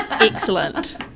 Excellent